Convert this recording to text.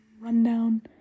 rundown